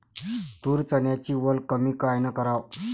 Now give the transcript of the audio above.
तूर, चन्याची वल कमी कायनं कराव?